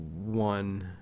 one